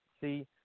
see